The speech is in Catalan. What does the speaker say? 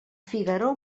figaró